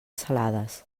salades